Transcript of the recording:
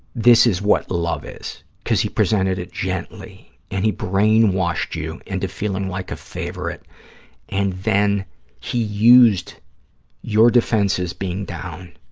this is what love is, because he presented it gently, and he brainwashed you into feeling like a favorite and then he used your defenses being down